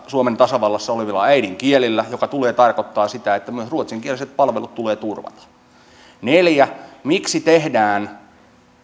suomen tasavallassa olevilla äidinkielillä mikä tulee tarkoittamaan sitä että myös ruotsinkieliset palvelut tulee turvata neljä miksi tehdään